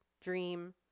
dream